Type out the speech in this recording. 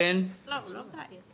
הוא לא בעייתי.